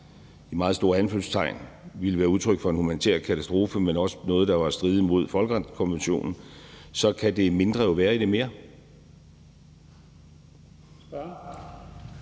i meget store anførselstegn – ville være udtryk for en humanitær katastrofe, men også noget, der var at stride mod folkedrabskonventionen, kan det mindre jo være i det mere.